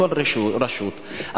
מכל רשות,